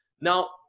Now